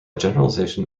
generalization